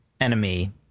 enemy